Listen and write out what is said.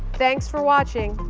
thanks for watching.